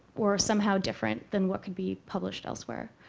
or somehow different than what could be published elsewhere.